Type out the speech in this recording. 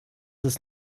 ist